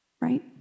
right